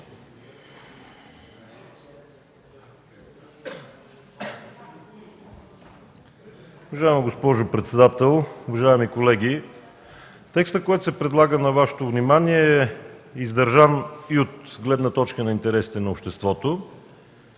Уважаема госпожо председател, уважаеми колеги! Текстът, който се предлага на Вашето внимание, е издържан от гледна точка на интересите на обществото